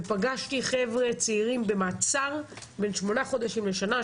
פגשתי חבר'ה צעירים שנמצאים במעצר בין שמונה חודשים לשנה,